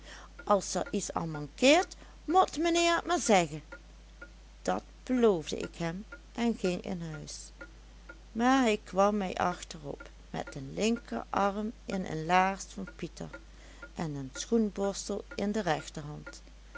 as er iets an mankeert mot meheer t maar zeggen dat beloofde ik hem en ging in huis maar hij kwam mij achterop met den linkerarm in een laars van pieter en den schoenborstel in de rechterhand